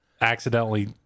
accidentally